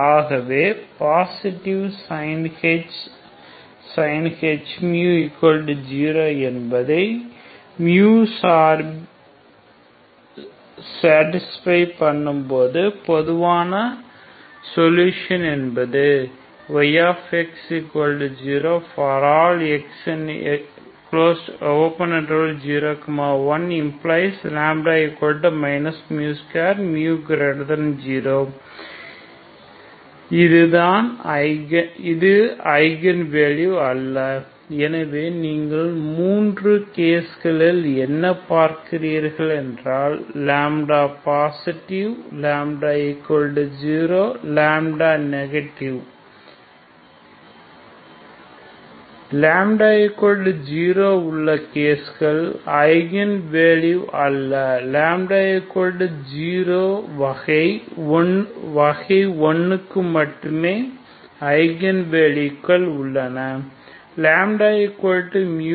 ஆகவே positive sinh 0 என்பதை satisfy பண்ணும்போது பொதுவான சொல்யூஷன் என்பது yx0 ∀ x∈01 implies λ μ2 μ0 இது ஐகன் வேல்யூவ் அல்ல எனவே நீங்கள் மூன்று கேஸ்களில் என்ன பார்க்கிறீர்கள் என்றால் λ பாசிட்டிவ் λ0 λ நெகட்டிவ் λ0 உள்ள கேஸ்கள் ஐகன் வேல்யூகள் அல்ல λ0 வகை 1க்கு மட்டும் ஐகன் வேல்யூகள் உள்ளன